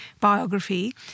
biography